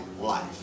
life